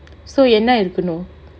so என்னா இருக்கனும்:ennaa irukkanum